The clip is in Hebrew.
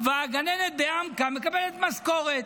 והגננת בעמקה מקבלות משכורת.